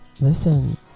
listen